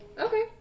Okay